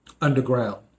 underground